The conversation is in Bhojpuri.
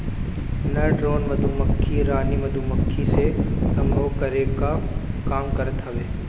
नर ड्रोन मधुमक्खी रानी मधुमक्खी से सम्भोग करे कअ काम करत हवे